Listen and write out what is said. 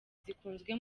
zikunzwe